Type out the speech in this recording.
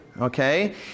okay